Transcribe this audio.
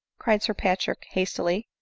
cried sir patrick hastily.